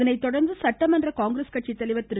அதனை தொடர்ந்து சட்டமன்ற காங்கிரஸ் கட்சி தலைவர் திரு